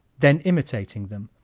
then imitating them,